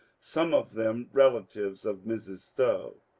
some of them relatives of mrs. stowe.